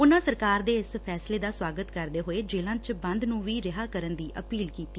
ਉਨੂਾ ਸਰਕਾਰ ਦੇ ਇਸ ਫੈਸਲੇ ਦਾ ਸਵਾਗਤ ਕਰਦੇ ਹੋਏ ਜੇਲਾਂ ਚ ਬੰਦ ਨੂੰ ਵੀ ਰਿਹਾ ਕਰਨ ਦੀ ਅਪੀਲ ਕੀਡੀ